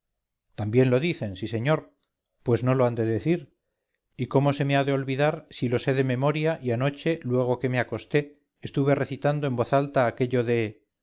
también lo dicen sí señor pues no lo han de decir y cómo se me ha de olvidar si lo sé de memoria y anoche luego que me acosté estuve recitando en voz alta aquello de